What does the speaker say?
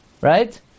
Right